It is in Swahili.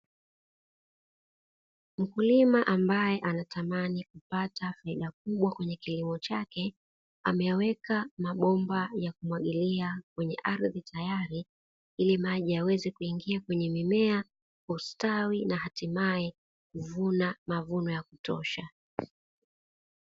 Mkulima ambae anatamani kupata fedha kubwa kwenye kilimo chake ameweka mabomba ya kumwagilia kwenye ardhi tayali ili maji yaweze kuingia kwenye mimea, ustawi na hatimaye kuvuna mavuno ya kutosha.